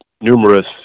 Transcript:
numerous